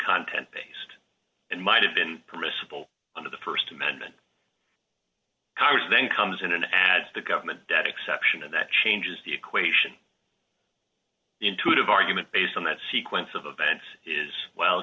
content based and might have been permissible under the st amendment congress then comes in as the government that exception and that changes the equation intuitive argument based on that sequence of events is well